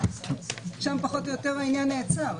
ושם פחות או יותר העניין נעצר,